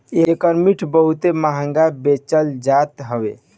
एकर मिट बहुते महंग बेचल जात हवे